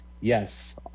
Yes